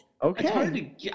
Okay